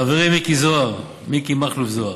חברי מיקי זוהר, מיקי מכלוף זוהר,